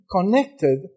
connected